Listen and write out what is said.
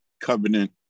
covenant